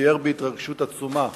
שאמר בהתרגשות עצומה